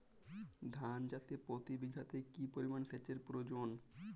ধান চাষে প্রতি বিঘাতে কি পরিমান সেচের প্রয়োজন?